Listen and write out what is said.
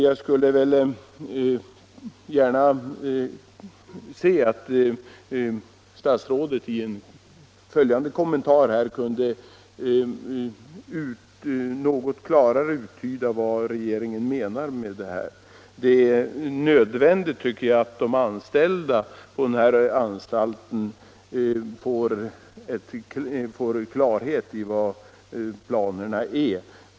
Jag skulle gärna vilja att statsrådet i en följande kommentar något klarare tolkade vad regeringen menar med detta. Det är nödvändigt, tycker jag, att de som är anställda vid anstalten får klarhet i vilka regeringens planer är.